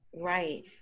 right